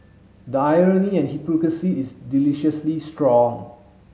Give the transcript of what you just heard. the irony and hypocrisy is deliciously strong